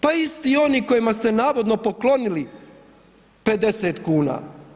Pa isti oni kojima ste navodno poklonili 50 kuna.